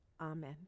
amen